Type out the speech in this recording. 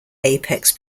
apex